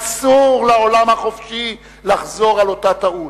אסור לעולם החופשי לחזור על אותה טעות,